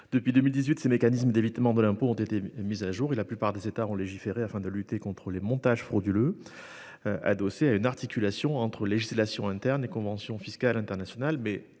Depuis 2018, ces mécanismes d'évitement de l'impôt ont été mis au jour. La plupart des États ont légiféré afin de lutter contre les montages frauduleux, adossés à l'articulation entre législations internes et conventions fiscales internationales.